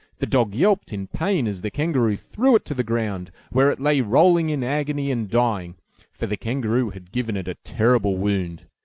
the dog yelped in pain as the kangaroo threw it to the ground, where it lay rolling in agony and dying for the kangaroo had given it a terrible wound.